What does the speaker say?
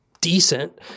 decent